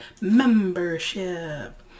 membership